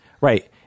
Right